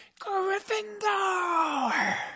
Gryffindor